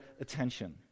attention